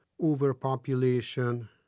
overpopulation